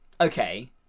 okay